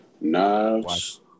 Knives